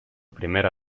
primera